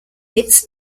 its